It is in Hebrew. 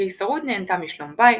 הקיסרות נהנתה משלום בית,